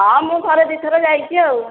ହଁ ମୁଁ ଥରେ ଦୁଇ ଥର ଯାଇଛି ଆଉ